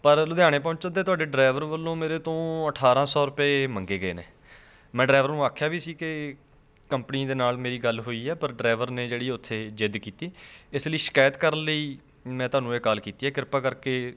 ਪਰ ਲੁਧਿਆਣੇ ਪਹੁੰਚਣ 'ਤੇ ਤੁਹਾਡੇ ਡਰਾਈਵਰ ਵੱਲੋਂ ਮੇਰੇ ਤੋਂ ਅਠਾਰਾਂ ਸੌ ਰੁਪਏ ਮੰਗੇ ਗਏ ਨੇ ਮੈਂ ਡਰਾਇਵਰ ਨੂੰ ਆਖਿਆ ਵੀ ਸੀ ਕਿ ਕੰਪਨੀ ਦੇ ਨਾਲ ਮੇਰੀ ਗੱਲ ਹੋਈ ਹੈ ਪਰ ਡਰਾਇਵਰ ਨੇ ਜਿਹੜੀ ਉੱਥੇ ਜਿੱਦ ਕੀਤੀ ਇਸ ਲਈ ਸ਼ਿਕਾਇਤ ਕਰਨ ਲਈ ਮੈਂ ਤੁਹਨੂੰ ਇਹ ਕਾਲ ਕੀਤੀ ਹੈ ਕਿਰਪਾ ਕਰਕੇ